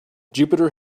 jupiter